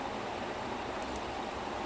well ya you were saying something before this